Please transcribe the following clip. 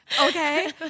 Okay